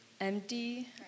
empty